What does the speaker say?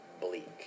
bleak